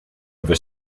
ever